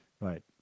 Right